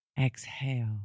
exhale